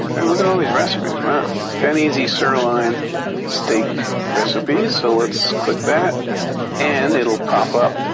look at all these recipes. wow. ten easy sirloin steak recipes. so let's click that and it'll pop up,